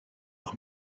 auch